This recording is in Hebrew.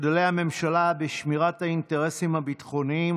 מחדלי הממשלה בשמירת האינטרסים הביטחוניים